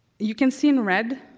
you can see in red,